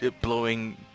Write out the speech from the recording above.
blowing